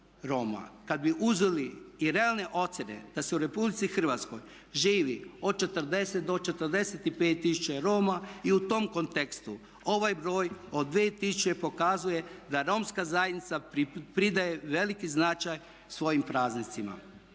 Kad bi uzeli i realne ocjene da se u Republici Hrvatskoj živi od 40 do 45000 Roma i u tom kontekstu ovaj broj od 2000 pokazuje da romska zajednica pridaje veliki značaj svojim praznicima.